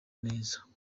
neza